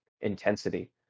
intensity